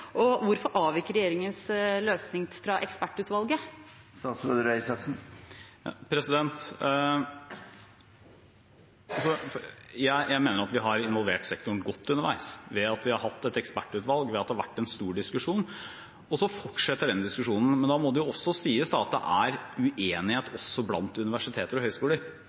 Og hvorfor avviker regjeringens løsning fra ekspertutvalgets? Jeg mener at vi har involvert sektoren godt underveis ved at vi har hatt et ekspertutvalg, ved at det har vært en stor diskusjon, og så fortsetter den diskusjonen. Men da må det også sies at det er uenighet også blant universiteter og høyskoler.